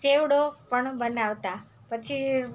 ચેવડો પણ બનાવતા પછી